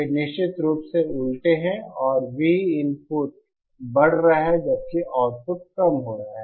वे निश्चित रूप से उलटे हैं और V इनपुट बढ़ रहा है जबकि आउटपुट कम हो रहा है